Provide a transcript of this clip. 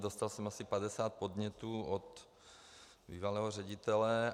Dostal jsem asi padesát podnětů od bývalého ředitele.